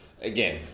again